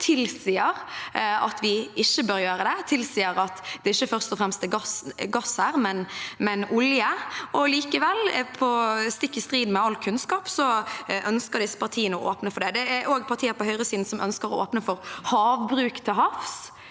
dag, tilsier at vi ikke bør gjøre det, og at det ikke først og fremst er gass her, men olje. Likevel, stikk i strid med all kunnskap, ønsker disse partiene å åpne for det. Det er også partier på høyresiden som ønsker å åpne for havbruk til havs,